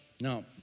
no